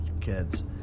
kids